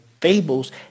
fables